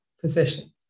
positions